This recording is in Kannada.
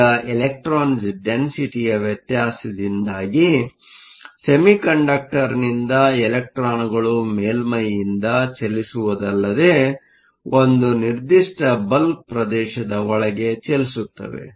ಈಗ ಇಲೆಕ್ಟ್ರಾನ್ ಡೆನ್ಸಿಟಿಯ ವ್ಯತ್ಯಾಸದಿಂದಾಗಿ ಸೆಮಿಕಂಡಕ್ಟರ್ನಿಂದ ಇಲೆಕ್ಟ್ರಾನ್ಗಳು ಮೇಲ್ಮೈಯಿಂದ ಚಲಿಸುವುದಲ್ಲದೆ ಒಂದು ನಿರ್ದಿಷ್ಟ ಬಲ್ಕ್Bulk ಪ್ರದೇಶದ ಒಳಗೆ ಚಲಿಸುತ್ತವೆ